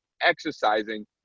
exercising